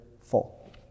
full